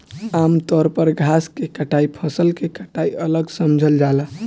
आमतौर पर घास के कटाई फसल के कटाई अलग समझल जाला